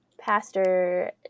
Pastor